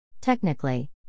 Technically